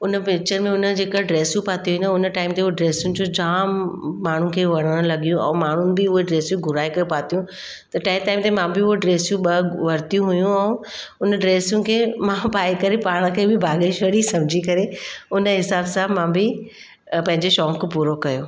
हुन पिचर में हुन जेका ड्रैसियूं पाती हुई न हुन टाइम ते हो ड्रैसुनि जो जाम माण्हुनि खे वणनि लॻियूं ऐं माण्हुनि बि उहा ड्रैसियूं घुराए करे पातियूं त तंहिं टाइम ते मां बि उहा ड्रैसियूं ॿ वरतियूं हुयूं हुन ड्रैसियूं खे मां पाए करे पाण खे बि भाग्यश्री समुझी करे हुनजे हिसाब सां मां बि पंहिंजे शौक़ु पूरो कयो